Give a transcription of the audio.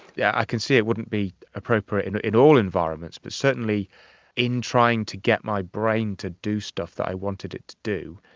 yeah i can see it wouldn't be appropriate in in all environments but certainly in trying to get my brain to do stuff that i wanted it to do,